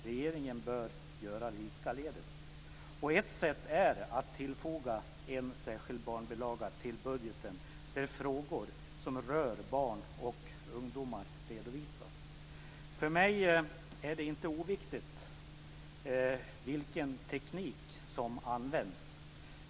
Regeringen bör göra likaledes, och ett sätt är att tillfoga en särskild barnbilaga till budgeten, där frågor som rör barn och ungdomar redovisas. För mig är det inte oviktigt vilken teknik som används.